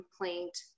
complaint